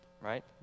right